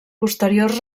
posteriors